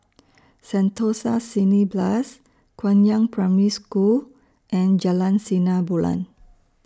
Sentosa Cineblast Guangyang Primary School and Jalan Sinar Bulan